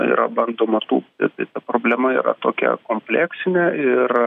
yra bandoma tūpti tai ta problema yra tokia kompleksinė ir